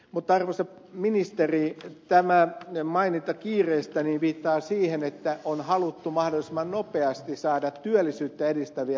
mutta arvoisa ministeri tämä maininta kiireestä viittaa siihen että on haluttu mahdollisimman nopeasti saada työllisyyttä edistäviä toimenpiteitä